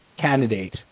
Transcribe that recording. candidate